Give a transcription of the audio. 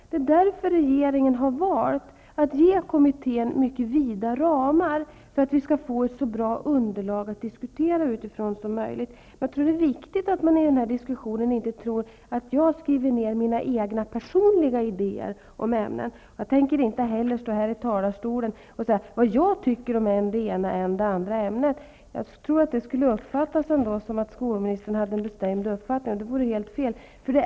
Det är därför regeringen har valt att ge kommittén mycket vida ramar, så att vi skall få ett så bra underlag som möjligt att diskutera utifrån. Jag tror att det är viktigt att man i den diskussionen inte tror att jag skriver ner mina egna personliga idéer om ämnen. Jag tänker inte heller stå här i talarstolen och säga vad jag tycker om än det ena, än det andra ämnet. Jag tror att det skulle uppfattas som att skolministern har en bestämd uppfattning, och det vore helt fel.